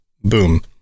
boom